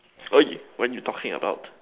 what you talking about